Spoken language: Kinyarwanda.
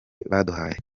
baduhaye